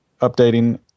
updating